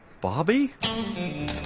Bobby